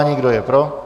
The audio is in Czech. Kdo je pro?